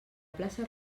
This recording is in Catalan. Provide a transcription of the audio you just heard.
plaça